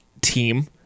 team